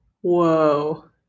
Whoa